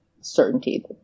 certainty